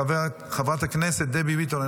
חברת הכנסת דבי ביטון,